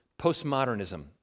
postmodernism